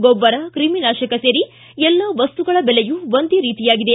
ಗೊಬ್ಬರ ಕ್ರಿಮಿನಾಶಕ ಸೇರಿ ಎಲ್ಲಾ ಮಸ್ತುಗಳ ಬೆಲೆಯೂ ಒಂದೇ ರೀತಿಯಾಗಿದೆ